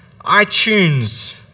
iTunes